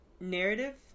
narrative